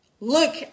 look